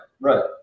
right